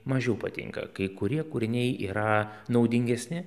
mažiau patinka kai kurie kūriniai yra naudingesni